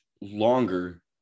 longer